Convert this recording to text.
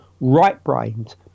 right-brained